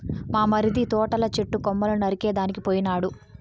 మా మరిది తోటల చెట్టు కొమ్మలు నరికేదానికి పోయినాడు